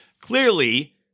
clearly